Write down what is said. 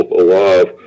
alive